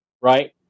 right